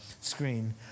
screen